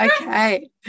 Okay